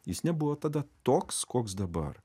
jis nebuvo tada toks koks dabar